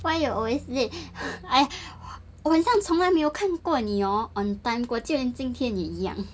why you're always late I 很像从来没有看过你 hor on time 过竟然今天你一样